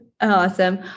awesome